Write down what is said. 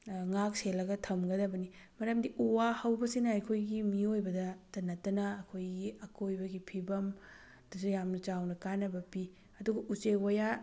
ꯉꯥꯛ ꯁꯦꯜꯂꯒ ꯊꯝꯒꯗꯕꯅꯤ ꯃꯔꯝꯗꯤ ꯎ ꯋꯥ ꯍꯧꯕꯁꯤꯅ ꯑꯩꯈꯣꯏꯒꯤ ꯃꯤꯑꯣꯏꯕꯗ ꯗ ꯅꯠꯇꯅ ꯑꯩꯈꯣꯏꯒꯤ ꯑꯀꯣꯏꯕꯒꯤ ꯐꯤꯕꯝ ꯗꯁꯨ ꯌꯥꯝꯅ ꯆꯥꯎꯅ ꯀꯥꯅꯕ ꯄꯤ ꯑꯗꯨꯕꯨ ꯎꯆꯦꯛ ꯋꯌꯥ